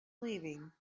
leaving